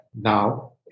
Now